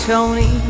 Tony